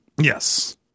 Yes